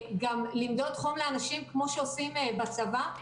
גם למדוד חום לאנשים כמו שעושים בצבא.